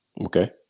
Okay